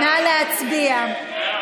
נא להצביע.